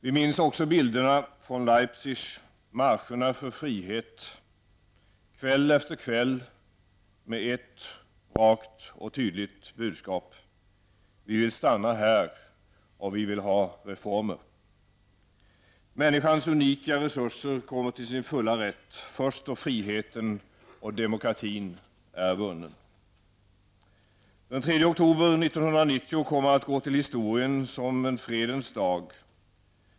Vi minns också bilderna från Leipzig, marscherna för frihet, kväll efter kväll, med ett rakt och tydligt budskap: ''Vi vill stanna här, och vi vill ha reformer.'' Människans unika resurser kommer till sin fulla rätt först då friheten och demokratin än vunnen. Den 3 oktober 1990 kommer att gå till historien som en fredens dag.